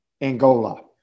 Angola